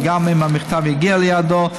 וגם אם המכתב יגיע ליעדו,